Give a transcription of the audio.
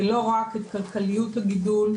ולא רק את כלכליות הגידול,